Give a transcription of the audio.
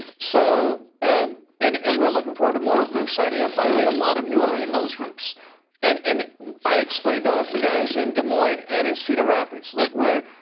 so ah and and we're looking forward to more groups signing up. by the way, a lot of you are in those groups and and i explained to the guys in des moines and in cedar rapids. look we're,